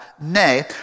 nay